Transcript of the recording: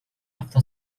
hafta